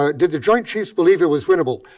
ah did the joint chiefs believe it was winnable?